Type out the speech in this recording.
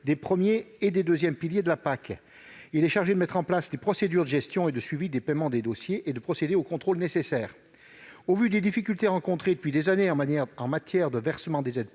des premier et deuxième piliers de la PAC. Elle est chargée de mettre en place les procédures de gestion et de suivi de paiement des dossiers et de procéder aux contrôles nécessaires. Au vu des difficultés rencontrées depuis des années en matière de versement des aides de